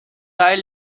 die